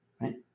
Right